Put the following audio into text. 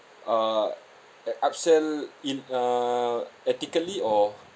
uh at~ upsell in err ethically or